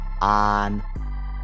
on